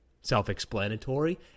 self-explanatory